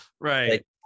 Right